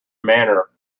manner